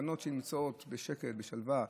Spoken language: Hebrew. בנות שנמצאות בשקט, בשלווה,